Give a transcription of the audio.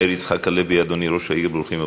מאיר יצחק הלוי, אדוני ראש העיר, ברוכים הבאים.